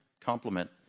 complement